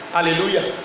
Hallelujah